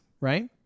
right